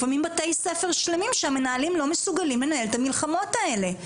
לפעמים בתי ספר שלמים שהמנהלים לא מסוגלים לנהל את המלחמות האלה.